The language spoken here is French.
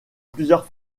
plusieurs